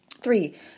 Three